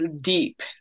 deep